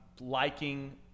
liking